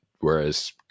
whereas